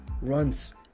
Runs